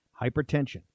Hypertension